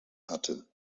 hatte